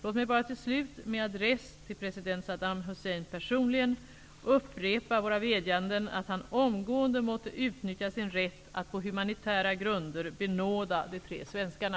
Låt mig bara till slut, med adress till president Saddam Hussein personligen, upprepa våra vädjanden att han omgående måtte utnyttja sin rätt att på humanitära grunder benåda de tre svenskarna.